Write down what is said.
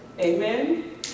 Amen